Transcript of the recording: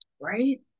right